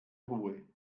ruhe